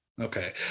Okay